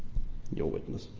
your witness.